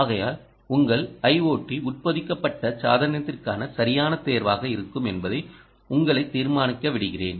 ஆகையால் உங்கள் ஐஓடி உட்பொதிக்கப்பட்ட சாதனத்திற்கான சரியான தேர்வாக இருக்கும் என்பதை உங்களைத் தீர்மானிக்க விடுகிறேன்